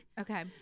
Okay